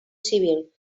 civil